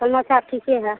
समाचार ठीक है